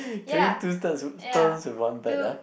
killing two stones with one bird ah